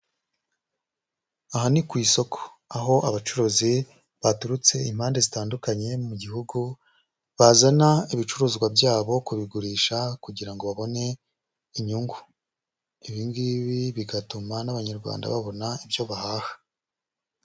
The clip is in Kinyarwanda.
Aha ni ku isoko aho abacuruzi baturutse impande zitandukanye mu gihugu bazana ibicuruzwa byabo kubigurisha kugira ngo babone inyungu, ibi ngibi bigatuma n'Abanyarwanda babona ibyo bahaha.